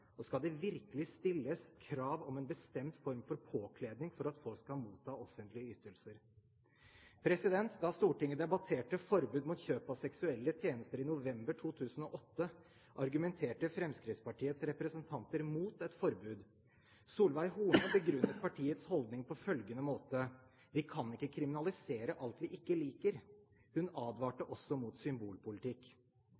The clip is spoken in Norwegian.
Skal det virkelig stilles krav om en bestemt form for påkledning for at folk skal motta offentlige ytelser? Da Stortinget debatterte forbud mot kjøp av seksuelle tjenester i november 2008, argumenterte Fremskrittspartiets representanter mot et forbud. Solveig Horne begrunnet partiets holdning på følgende måte: Vi kan ikke kriminalisere alt vi ikke liker. Hun advarte